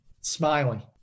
smiling